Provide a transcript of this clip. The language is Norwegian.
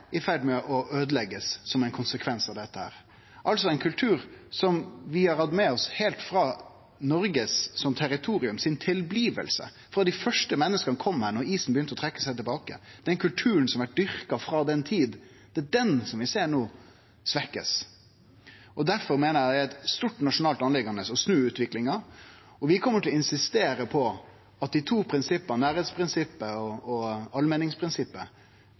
ein konsekvens av dette, ein kultur som vi har hatt med oss heilt frå Noreg som territorium blei til, frå dei første menneska kom hit da isen begynte å trekkje seg tilbake. Det er den kulturen som er blitt dyrka sidan den tida, vi no ser blir svekt. Difor meiner eg det er ei stor nasjonal oppgåve å snu utviklinga, og vi kjem til å insistere på at dei to prinsippa, nærleiksprinsippet og allmenningsprinsippet, må likestillast. Det Evensen og